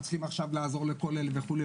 צריכים עכשיו לעזור לכל אלה וכו'.